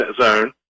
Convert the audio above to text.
zone